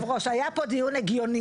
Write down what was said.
אדוני היושב ראש, היה פה דיון הגיוני